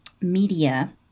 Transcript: media